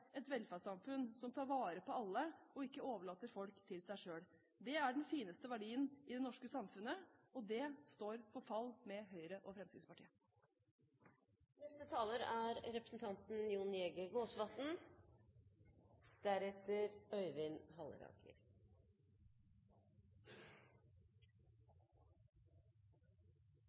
et velferdssamfunn som tar vare på alle, og ikke overlater folk til seg selv. Det er den fineste verdien i det norske samfunnet, og den står for fall med Høyre og